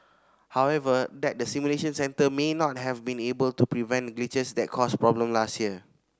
however that the simulation centre may not have been able to prevent glitches that caused problems last year